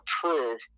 prove